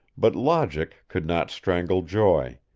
but logic could not strangle joy,